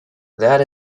that